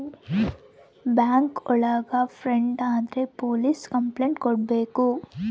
bank ಒಳಗ fraud ಆದ್ರೆ police complaint ಕೊಡ್ಬೇಕು